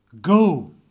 go